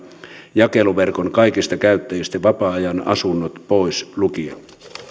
jakeluverkon kaikista käyttäjistä vapaa ajan asunnot pois lukien